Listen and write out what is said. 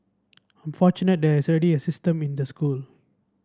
I'm fortunate there is already a system in the school